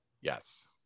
Yes